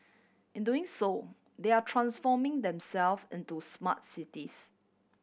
in doing so they are transforming themselves into smart cities